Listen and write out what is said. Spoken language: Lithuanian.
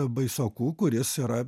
baisoku kuris yra